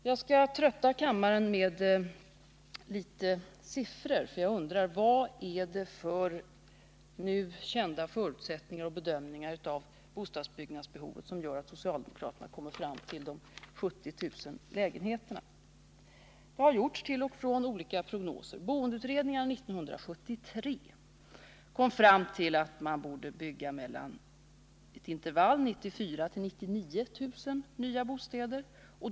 Jag skall trötta kammaren med litet siffror, eftersom jag har undrat över vad det är för nu kända förutsättningar och bedömningar av bostadsbyggnadsbehovet som gör att socialdemokraterna kommer fram till siffran 70 000 lägenheter. Det har till och från gjorts olika prognoser. Boendeutredningen 1973 kom fram till att man borde bygga 94 000-99 000 nya bostäder per år.